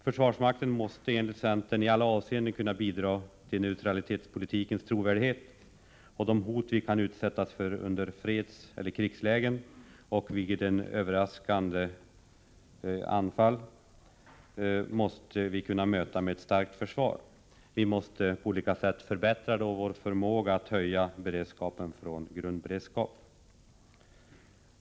Försvarsmakten måste enligt centern i alla avseenden kunna bidra till neutralitetspolitikens trovärdighet. De hot vi kan utsättas för under fredstid, i krislägen och vid överraskande anfall måste vi kunna möta med ett starkt försvar. Vi måste på olika sätt förbättra vår förmåga att höja beredskapen från grundberedskap.